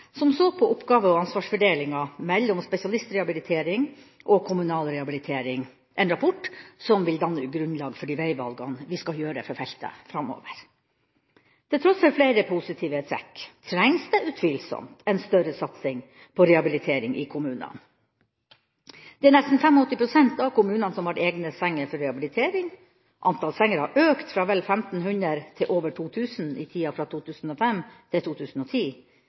som så på oppgave- og ansvarsfordelinga mellom spesialistrehabilitering og kommunal rehabilitering, en rapport som vil danne grunnlag for de veivalgene vi skal gjøre for feltet framover. Til tross for flere positive trekk trengs det utvilsomt en større satsing på rehabilitering i kommunene. Det er nesten 85 pst. av kommunene som har egne senger for rehabilitering. Antall senger har økt fra vel 1 500 til over 2 000 i tida fra 2005 og fram til 2010.